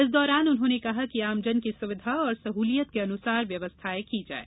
इस दौरान उन्होंने कहा कि आमजन की सुविधा और सहूलियत के अनुसार व्यवस्थाएँ की जायें